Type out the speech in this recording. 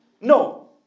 No